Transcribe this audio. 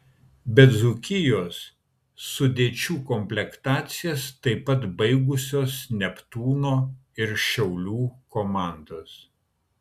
be dzūkijos sudėčių komplektacijas taip pat baigusios neptūno ir šiaulių komandos